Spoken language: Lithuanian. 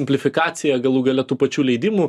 amplifikacija galų gale tų pačių leidimų